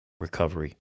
recovery